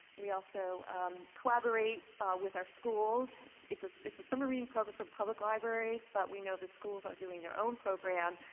we also collaborate with our schools. it's it's a summer reading program from public libraries but we know that schools are doing their own program,